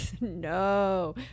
no